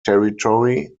territory